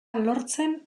lortzen